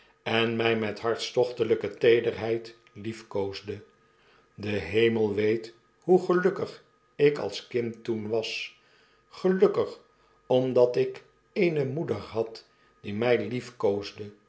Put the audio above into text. en my met hartstochtelyke teederheid liefkoosde de hemel weet hoe gelukkig ik als kind toen was gelukkig omdat ik eene moeder had die mij